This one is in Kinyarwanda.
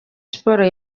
sports